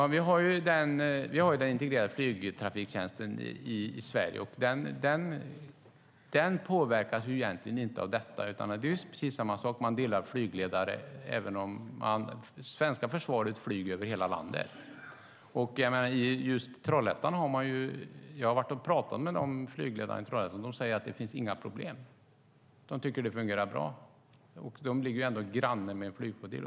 Fru talman! Vi har den integrerade flygtrafiktjänsten i Sverige, och den påverkas egentligen inte av detta. Man delar flygledare. Det svenska försvaret flyger över hela landet. Jag var och talade med flygledarna i Trollhättan, och de säger att det inte finns några problem. De tycker att det fungerar bra, och de ligger ändå granne med en flygflottilj.